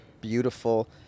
beautiful